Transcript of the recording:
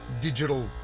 digital